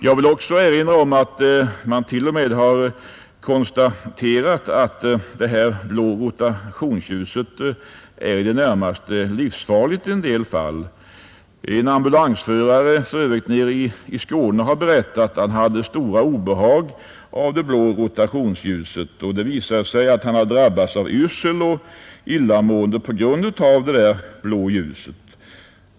Jag vill också erinra om att man till och med konstaterat, att det blå rotationsljuset i en del fall är i det närmaste livsfarligt. En ambulansförare nere i Skåne har berättat att han haft stora obehag av det blå rotationsljuset. Det visade sig att han drabbats av yrsel och illamående på grund av det blå ljuset.